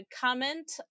comment